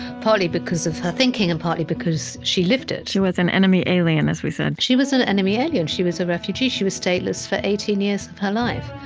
partly because of her thinking, and partly because she lived it she was an enemy alien, as we said she was an enemy alien. she was a refugee. she was stateless for eighteen years of her life.